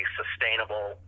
sustainable